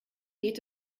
geht